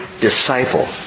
disciple